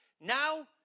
now